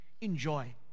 Enjoy